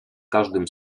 każdym